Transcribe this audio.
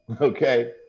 okay